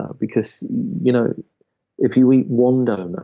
ah because you know if you eat one doughnut.